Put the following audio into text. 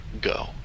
go